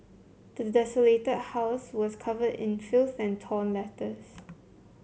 the desolated house was covered in filth and torn letters